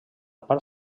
part